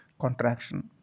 contraction